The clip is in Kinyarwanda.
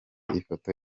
ifoto